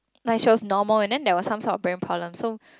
like she was normal and then there was some sort of brain problem so